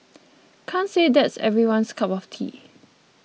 can't say that's everyone's cup of tea